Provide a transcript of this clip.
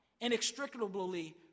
inextricably